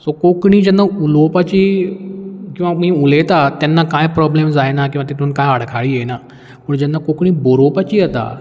so Konkani जेन्ना उलोवपाची किंवा आमी उलयतात तेन्ना कांय प्रोब्लेम जायना किंवां तितूंत कांय आडखाळी येयना